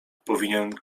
powinien